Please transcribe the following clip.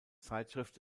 zeitschrift